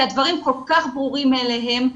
כי הדברים כל כך ברורים מאליהם,